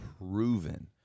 proven